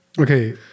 Okay